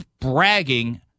bragging